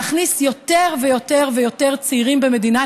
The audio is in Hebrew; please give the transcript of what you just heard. להכניס יותר ויותר ויותר צעירים במדינת